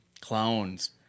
clowns